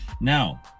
Now